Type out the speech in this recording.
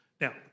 Now